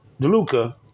DeLuca